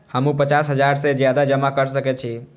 हमू पचास हजार से ज्यादा जमा कर सके छी?